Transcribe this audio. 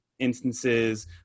instances